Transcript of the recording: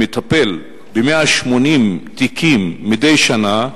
מטפל ב-180 תיקים מדי שנה,